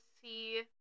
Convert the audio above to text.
see